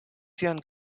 sian